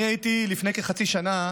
אני הייתי לפני כחצי שנה